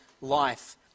life